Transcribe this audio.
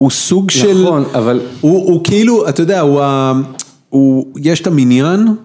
הוא סוג של אבל הוא כאילו אתה יודע הוא יש את המניין